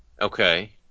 Okay